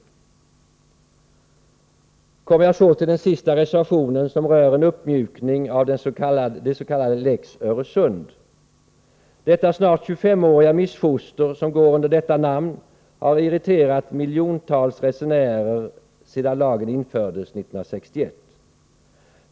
Jag kommer så till den sista reservationen, som rör en uppmjukning av ”lex Öresund”. Det snart tjugofemåriga missfoster som går under detta namn har irriterat miljontals resenärer sedan lagen infördes 1961.